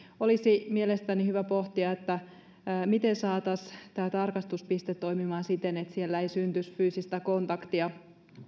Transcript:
olisi mielestäni hyvä pohtia miten saataisiin tämä tarkastuspiste toimimaan siten että siellä ei syntyisi fyysistä kontaktia